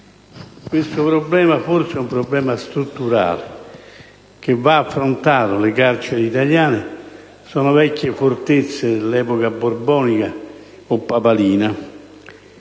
carceraria. Forse, è un problema strutturale che va affrontato, poiché le carceri italiane sono vecchie fortezze dell'epoca borbonica o papalina.